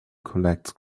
collects